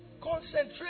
Concentrate